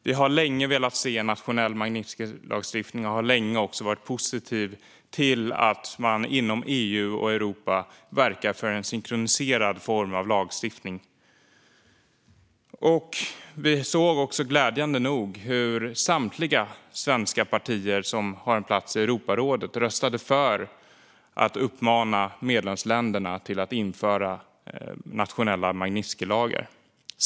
Vi har länge velat se en nationell Magnitskijlagstiftning och har länge varit positiva till att man inom EU och Europa verkar för en synkroniserad form av lagstiftning. Vi såg glädjande nog hur samtliga svenska partier som har en plats i Europarådet röstade för att uppmana medlemsländerna att införa nationella Magnitskijlagar.